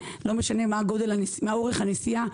נתונים אבל עוד לא הגענו הביתה אחרי סיום הדיון,